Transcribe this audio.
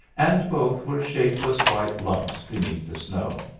and both were shapeless white lumps beneath the snow.